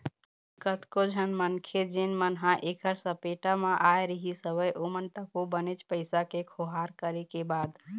कतको झन मनखे जेन मन ह ऐखर सपेटा म आय रिहिस हवय ओमन तको बनेच पइसा के खोहार करे के बाद